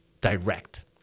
direct